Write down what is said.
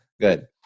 Good